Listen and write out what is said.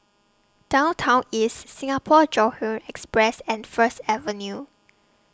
Downtown East Singapore Johore Express and First Avenue